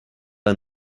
are